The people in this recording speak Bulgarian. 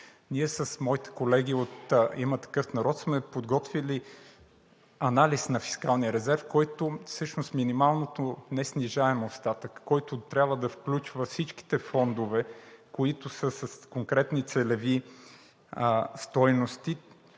Ние с моите колеги от „Има такъв народ“ сме подготвили анализ на фискалния резерв, в който всъщност минималният неснижаем остатък, който трябва да включва всичките фондове, които са с конкретни целеви стойности,